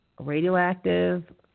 radioactive